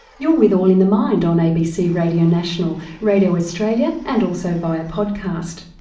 you're with all in the mind on abc radio national, radio australia and also via podcast.